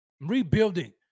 rebuilding